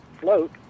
float